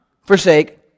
forsake